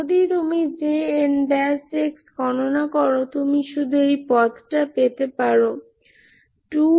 যদি তুমি Jn গণনা করো তুমি শুধু এই পদটি পেতে পারো 2AxJn